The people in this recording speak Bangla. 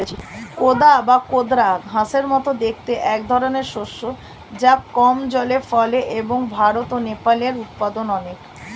কোদা বা কোদরা ঘাসের মতো দেখতে একধরনের শস্য যা কম জলে ফলে এবং ভারত ও নেপালে এর উৎপাদন অনেক